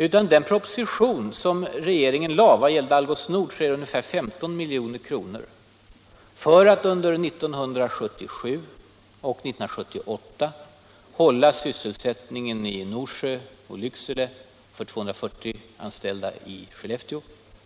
Enligt den proposition som regeringen lagt fram vad gäller Algots Nord är ungefär 15 milj.kr. avsedda för att under 1977 och 1978 hålla sysselsättningen för de anställda i Norsjö och Lycksele och för 240 anställda i Skellefteå.